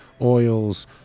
oils